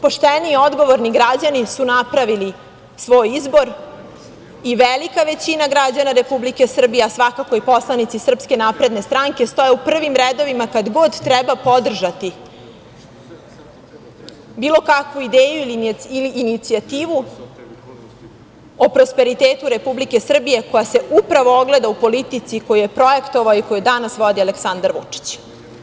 Pošteni i odgovorni građani su napravili svoj izbor i velika većina građana Republike Srbije, a svakako i poslanici SNS, stoje u prvim redovima kad god treba podržati bilo kakvu ideju i inicijativu o prosperitetu Republike Srbije koja se upravo ogleda u politici koju je projektovao i koju danas vodi Aleksandar Vučić.